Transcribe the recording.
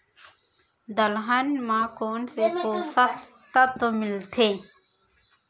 दलहन म कोन से पोसक तत्व मिलथे?